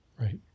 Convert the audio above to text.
Right